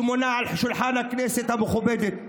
שמונח על שולחן הכנסת המכובדת אדוני,